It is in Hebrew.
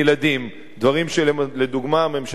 דברים שלדוגמה הממשלה הנוכחית עשתה.